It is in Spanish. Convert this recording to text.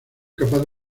capaz